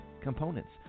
components